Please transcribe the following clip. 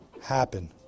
happen